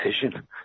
decision